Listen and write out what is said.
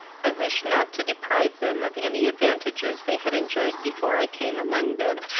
i wished not to deprive them of any advantages they had enjoyed before i came among them,